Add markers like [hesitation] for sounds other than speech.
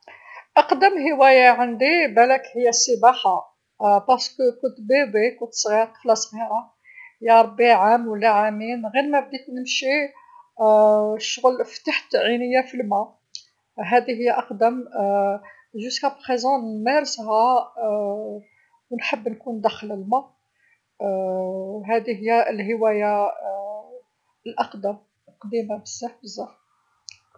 أقدم هوايه عندي بلاك هي السباحه، لخاطرش كنت بيبي كنت صغير طفله صغيرا، يا ربي عام و لا عامين غمابديت نمشي [hesitation] كشغل فتحت عينيا في الما، هاذي هي أقدم [hesitation] لحد ساعه نمارسها [hesitation] و نحب نكون داخل الما [hesitation] و هاذي هي الهوايه [hesitation] الأقدم، قديمه بزاف بزاف.